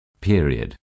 Period